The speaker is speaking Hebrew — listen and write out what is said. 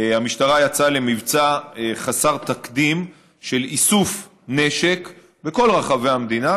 המשטרה יצאה למבצע חסר תקדים של איסוף נשק בכל רחבי המדינה,